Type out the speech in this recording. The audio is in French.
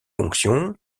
fonctions